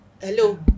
hello